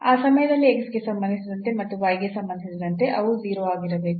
ಆ ಸಮಯದಲ್ಲಿ x ಗೆ ಸಂಬಂಧಿಸಿದಂತೆ ಮತ್ತು y ಗೆ ಸಂಬಂಧಿಸಿದಂತೆ ಅವು 0 ಆಗಿರಬೇಕು